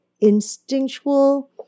instinctual